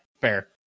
fair